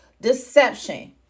deception